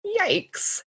Yikes